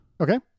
Okay